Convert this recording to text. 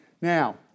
Now